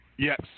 Yes